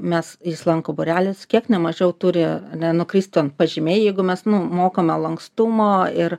mes jis lanko būrelis kiek nemažiau turi ane nenukrist ten pažymiai jeigu mes nu mokome lankstumo ir